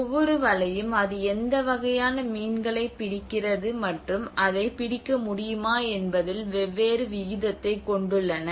ஒவ்வொரு வலையும் அது எந்த வகையான மீன்களைப் பிடிக்கிறது மற்றும் அதைப் பிடிக்க முடியுமா என்பதில் வெவ்வேறு விகிதத்தைக் கொண்டுள்ளன